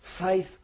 Faith